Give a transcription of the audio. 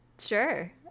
sure